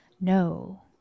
no